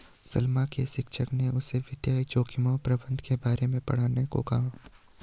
सलमा के शिक्षक ने उसे वित्तीय जोखिम प्रबंधन के बारे में पढ़ने को कहा